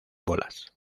bolas